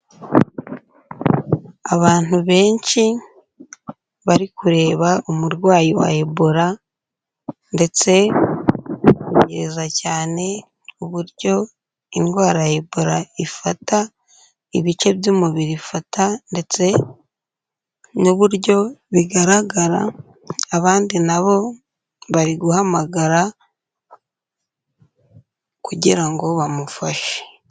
Abantu benshi bari kureba umurwayi wa ebola ndetse biheza cyane uburyo indwara ya ebola ifata ibice by'umubiri ifata ndetse n'uburyo bigaragara, abandi na bo bari guhamagara kugira ngo bamufashe.